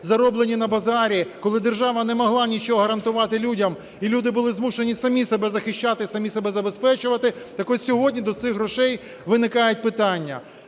зароблені на базарі, коли держава не могла нічого гарантувати людям і люди були змушені самі себе захищати, самі себе забезпечувати, так ось сьогодні до цих грошей виникають питання.